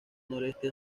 noreste